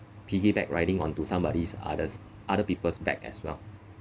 piggyback riding onto somebody's others other people's back as well